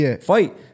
fight